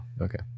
Okay